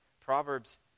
Proverbs